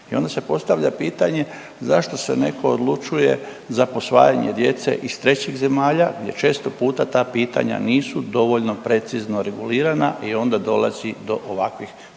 i onda se postavlja pitanje zašto se neko odlučuje za posvajanje djece iz trećih zemalja gdje često puta ta pitanja nisu dovoljno precizno regulirana i onda dolazi do ovakvih problema